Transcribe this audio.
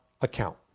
account